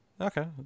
Okay